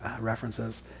references